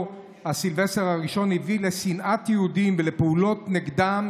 סילבסטר הראשון הביא לשנאת יהודים ולפעולות נגדם,